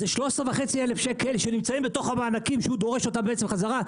זה 13,500 שקל שנמצאים בתוך המענקים שהוא דורש אותם חזרה.